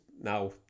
now